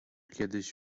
kiedyś